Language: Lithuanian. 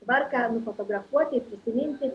tvarką nufotografuoti ir prisiminti